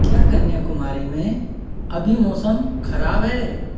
क्या कन्याकुमारी में अभी मौसम ख़राब है